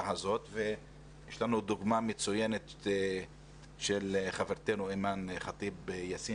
הזאת ויש לנו דוגמה מצוינת של חברתנו אימאן ח'טיב יאסין